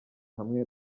hamwe